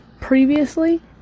previously